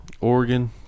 Oregon